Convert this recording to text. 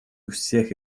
всех